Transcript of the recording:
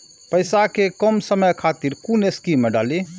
पैसा कै कम समय खातिर कुन स्कीम मैं डाली?